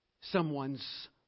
someone's